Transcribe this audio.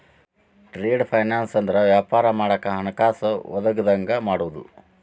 trade finance ಅಂದ್ರ ವ್ಯಾಪಾರ ಮಾಡಾಕ ಹಣಕಾಸ ಒದಗಂಗ ಮಾಡುದು